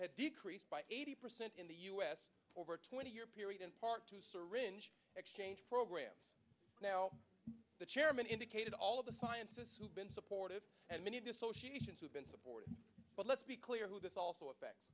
decreased by eighty percent in the u s over a twenty year period in part to syringe exchange programs now the chairman indicated all of the science has been supportive and many of the associations have been supportive but let's be clear who this also affect